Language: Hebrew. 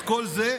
את כל זה,